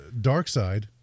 Darkside